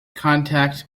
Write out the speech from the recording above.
contact